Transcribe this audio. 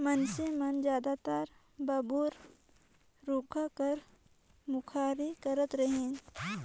मइनसे मन जादातर बबूर रूख कर मुखारी करत रहिन